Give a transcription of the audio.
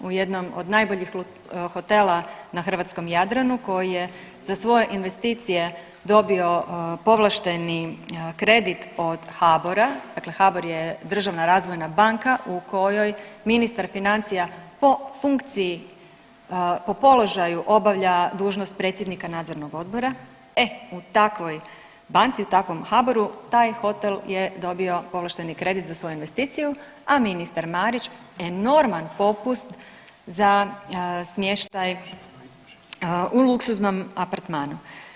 U jednom od najboljih hotela na hrvatskom Jadranu koji je za svoje investicije dobio povlašteni kredit od HBOR-a, dakle HBOR je državna razvojna banka u kojoj ministar financija po funkciji, po položaju obavlja dužnost predsjednika nadzornog odbora, e u takvoj banci, u takvom HBOR-u taj hotel je dobio povlašteni kredit za svoju investiciju, a ministar Marić enorman popust za smještaj u luksuznom apartmanu.